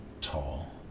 tall